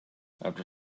after